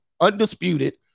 undisputed